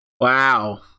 Wow